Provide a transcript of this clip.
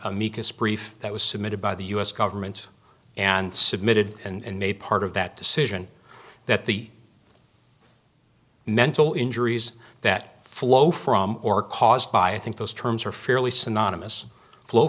amicus brief that was submitted by the u s government and submitted and made part of that decision that the mental injuries that flow from or caused by i think those terms are fairly synonymous flow